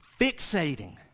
fixating